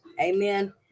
Amen